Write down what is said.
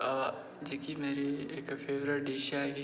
जेह्की मेरी इक्क फेवरेट डिश ऐ मेरी